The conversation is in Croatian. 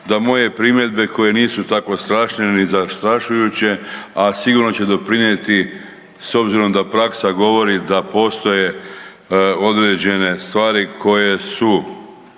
da moje primjedbe koje nisu tako straže ni zastrašujuće, a sigurno će doprinijeti s obzirom da praksa govori da postoje određene stvari koje su